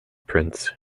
prince